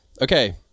Okay